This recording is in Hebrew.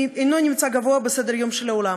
אינו נמצא גבוה בסדר-היום של העולם.